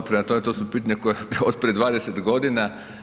Prema tome, to su pitanja koja su od prije 20 godina.